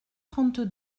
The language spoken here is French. trente